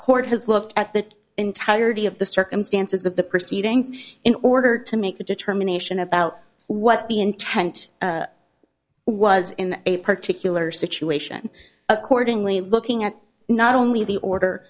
court has looked at the entirety of the circumstances of the proceedings in order to make a determination about what the intent was in a particular situation accordingly looking at not only the order